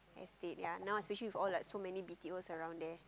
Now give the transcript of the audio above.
estate ya now especially for all us so many B_T_Os around there